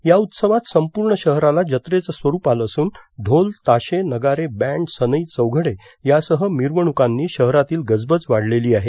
या उत्सवात संपूर्ण शहराला जत्रेचं स्वरूप आलं असून ढोल ताशे नगारे बँड सनई चौघडे यासह मिरवणुकांनी शहरातील गजबज वाढलेली आहे